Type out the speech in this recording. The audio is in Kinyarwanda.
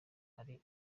hari